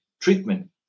treatment